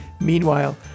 Meanwhile